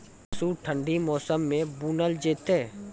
मसूर ठंडी मौसम मे बूनल जेतै?